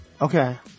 okay